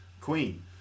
queen